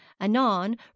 anon